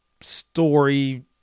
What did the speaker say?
story